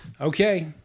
Okay